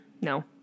no